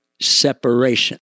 separation